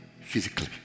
physically